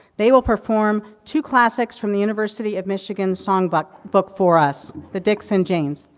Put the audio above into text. they will perform two classics from the university of michigan song but book for us, the dicks and janes.